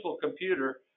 computer